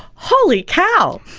holy cow!